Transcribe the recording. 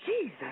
Jesus